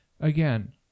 again